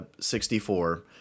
64